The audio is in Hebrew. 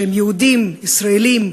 שהם יהודים ישראלים,